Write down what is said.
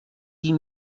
dix